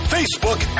Facebook